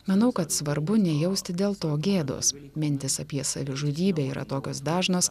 manau kad svarbu nejausti dėl to gėdos mintys apie savižudybę yra tokios dažnos